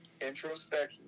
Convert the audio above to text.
introspection